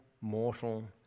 mortal